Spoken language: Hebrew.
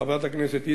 חברת הכנסת איציק,